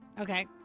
Okay